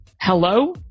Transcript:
hello